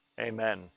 Amen